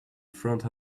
front